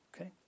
Okay